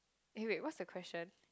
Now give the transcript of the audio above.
wait wait what's the question